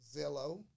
Zillow